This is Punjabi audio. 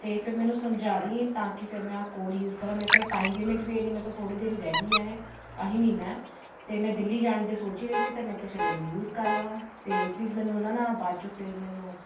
ਅਤੇ ਫਿਰ ਮੈਨੂੰ ਸਮਝਾ ਦੀ ਤਾਂ ਕਿ ਫਿਰ ਮੈਂ ਕੋਡ ਯੂਜ ਕਰਾਂ ਮੇਰੇ ਕੋਲ ਟਾਈਮ ਲਿਮਿਟ ਵੀ ਮੇਰੇ ਤੋਂ ਥੋੜ੍ਹੀ ਦੇਰ ਰਹਿ ਗਈ ਆ ਆਹੀ ਮਹੀਨਾ ਤੇ ਮੈਂ ਦਿੱਲੀ ਜਾਣ 'ਤੇ ਸੋਚ ਹੀ ਰਹੀ ਸੀ ਅਤੇ ਮੈਂ ਕਿਹਾ ਚਲੋ ਯੂਜ ਕਰ ਲਵਾਂ ਅਤੇ ਪਲੀਜ ਕਿ ਮੈਨੂੰ ਉਹਨਾਂ ਨਾਲ ਬਾਅਦ 'ਚੋਂ ਫੇਰ ਮੈਨੂੰ